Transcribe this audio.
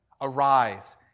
Arise